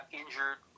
injured